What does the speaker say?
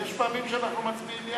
יש פעמים שאנחנו מצביעים יחד,